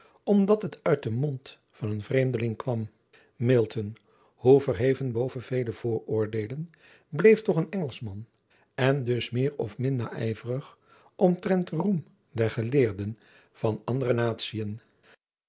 omdat het uit den mond van een vreemdeling kwam hoe verheven boven vele vooroordeelen bleef toch een ngelschman en dus meer of min naijverig omtrent den roem der geleerden van andere natiën